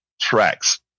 tracks